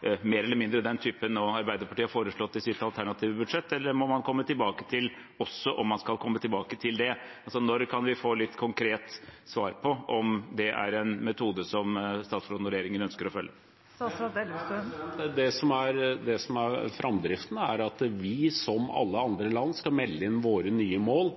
mer eller mindre den typen Arbeiderpartiet nå har foreslått i sitt alternative budsjett, eller må man komme tilbake til om man skal komme tilbake til det? Når kan vi få et litt konkret svar på om det er en metode som statsråden og regjeringen ønsker å følge? Framdriften er at vi, som alle andre land, skal melde inn våre nye mål